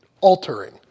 altering